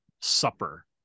supper